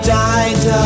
died